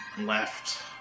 left